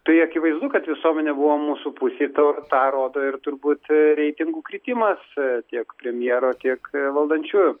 tai akivaizdu kad visuomenė buvo mūsų pusėj tau tą rodo ir turbūt reitingų kritimas tiek premjero tiek valdančiųjų